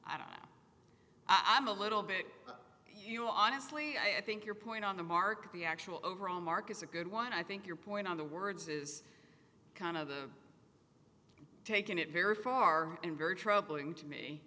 i don't know i'm a little bit you honestly i think your point on the mark the actual overall mark is a good one i think your point on the words is kind of taking it very far and very troubling to me